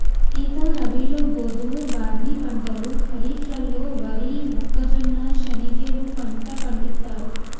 సీత రబీలో గోధువు, బార్నీ పంటలు ఖరిఫ్లలో వరి, మొక్కజొన్న, శనిగెలు పంట పండిత్తారు